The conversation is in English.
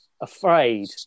Afraid